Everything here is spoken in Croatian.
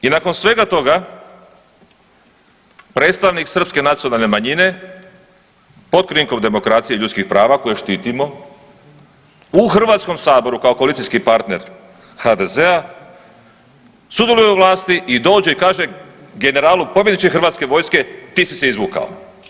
I nakon svega toga predstavnik Srpske nacionalne manjine pod krinkom demokracije i ljudskih prava koje štitimo u HS-u kao koalicijski partner HDZ-a sudjeluje u vlasti i dođe i kaže generalu pobjedničke hrvatske vojske ti si se izvukao.